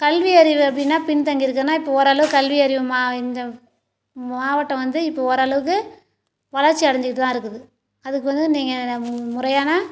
கல்வி அறிவு எப்படின்னா பின்தங்கி இருக்குனா இப்போ ஓரளவுக்கு கல்வி அறிவு மா இந்த மாவட்டம் வந்து இப்போ ஓரளவுக்கு வளர்ச்சி அடைஞ்சிக்கிட்டு தான் இருக்குது அதுக்கு வந்து நீங்கள் முறையான